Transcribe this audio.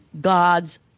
God's